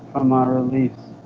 ah my release